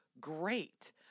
great